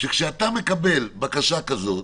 שכאשר אתה מקבל בקשה כזאת,